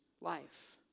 life